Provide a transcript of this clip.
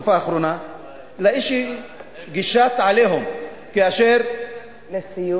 בתקופה האחרונה אנחנו עדים לאיזו גישת "עליהום" לסיום.